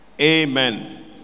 amen